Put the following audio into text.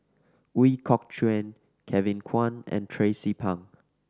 Ooi Kok Chuen Kevin Kwan and Tracie Pang